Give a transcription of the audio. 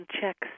checks